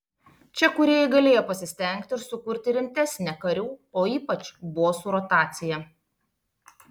čia kūrėjai galėjo pasistengti ir sukurti rimtesnę karių o ypač bosų rotaciją